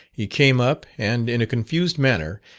he came up, and in a confused manner,